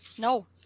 no